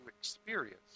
experience